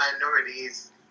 minorities